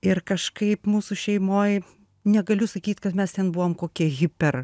ir kažkaip mūsų šeimoj negaliu sakyt kad mes ten buvom kokie hiper